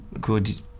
good